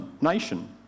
nation